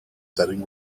setting